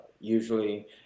usually